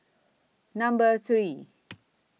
Number three